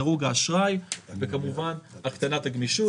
דירוג האשראי וכמובן הקטנת הגמישות.